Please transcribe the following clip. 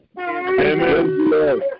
Amen